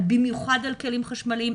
במיוחד על כלים חשמליים.